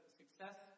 success